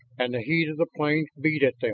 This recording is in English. and the heat of the plains beat at them.